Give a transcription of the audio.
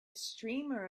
streamer